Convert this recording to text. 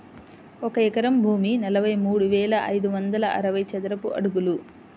ఒక ఎకరం భూమి నలభై మూడు వేల ఐదు వందల అరవై చదరపు అడుగులు